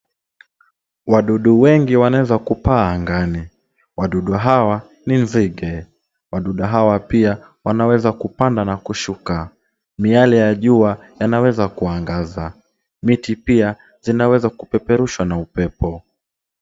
Wadudu wengi wanaweza kupaa angani. Wadudu hawa ni nzige. Wadudu hawa pia wanaweza kupanda na kushuka. Miale ya jua yanaweza kuangaza. Miti pia zinaweza kupeperushwa na upepo.